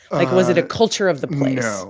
like, was it a culture of the place? so